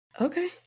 okay